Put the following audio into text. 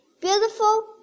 beautiful